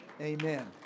amen